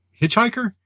hitchhiker